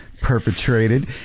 perpetrated